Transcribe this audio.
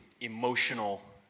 emotional